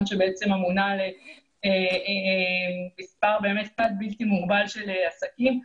שבעצם אמונה על מספר בלתי מוגבל של עסקים.